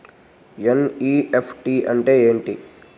NEFT అంటే ఏమిటి?